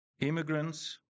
immigrants